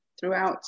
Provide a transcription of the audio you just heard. throughout